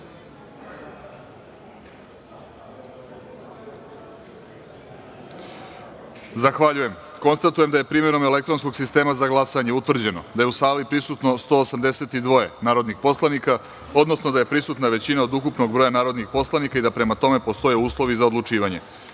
jedinice. Zahvaljujem. Konstatujem da je primenom elektronskog sistema za glasanje utvrđeno da je u sali prisutno 182 narodnih poslanika, odnosno da je prisutna većina od ukupnog broja narodnih poslanika i da, prema tome, postoje uslovi za odlučivanje. Prelazimo